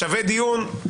שווה דיון,